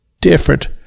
different